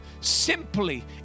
simply